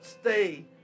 stay